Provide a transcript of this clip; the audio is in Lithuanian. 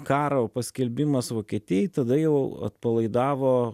karo paskelbimas vokietijai tada jau atpalaidavo